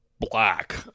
black